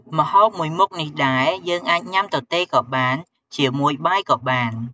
ម្ហូបមួយមុខនេះដែរ យើងអាចញុាំទទេក៏បាន ជាមួយបាយក៏បាន។